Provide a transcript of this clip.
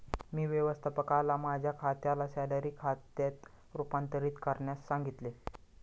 मी व्यवस्थापकाला माझ्या खात्याला सॅलरी खात्यात रूपांतरित करण्यास सांगितले